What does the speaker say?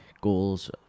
Goals